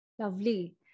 Lovely